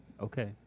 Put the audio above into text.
Okay